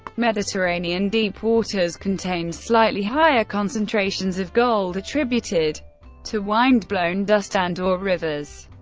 mediterranean deep waters contain slightly higher concentrations of gold attributed to wind-blown dust and or rivers.